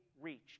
reached